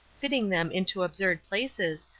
fitting them into absurd places,